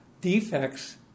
defects